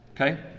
okay